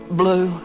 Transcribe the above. blue